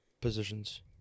positions